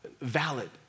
valid